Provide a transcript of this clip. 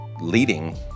leading